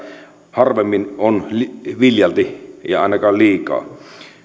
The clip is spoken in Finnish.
harvemmin on viljalti tai ainakaan liikaa